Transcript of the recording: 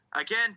Again